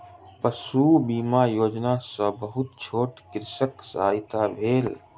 पशु बीमा योजना सॅ बहुत छोट कृषकक सहायता भेल